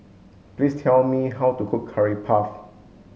please tell me how to cook curry puff